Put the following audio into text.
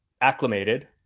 acclimated